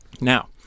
Now